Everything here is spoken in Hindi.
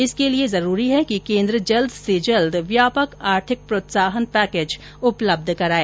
इसके लिए जरूरी है कि केन्द्र जल्द से जल्द व्यापक आर्थिक प्रोत्साहन पैकेज उपलब्ध कराए